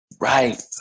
Right